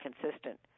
consistent